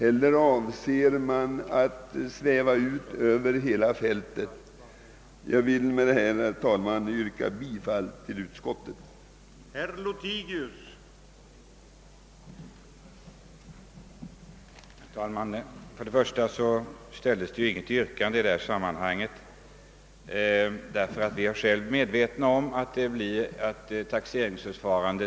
Jag vill med det anförda, herr talman, yrka bifall till utskottets hemställan.